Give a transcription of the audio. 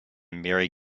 mary